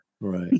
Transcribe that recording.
Right